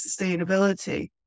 sustainability